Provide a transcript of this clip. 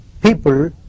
people